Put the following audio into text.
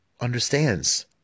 understands